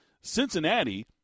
Cincinnati